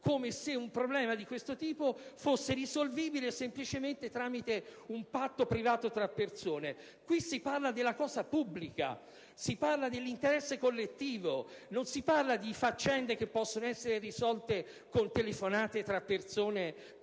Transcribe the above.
come se un problema di questo tipo fosse risolvibile semplicemente tramite un patto privato tra persone. Qui si parla della cosa pubblica e dell'interesse collettivo, non di faccende che possono essere risolte con telefonate tra persone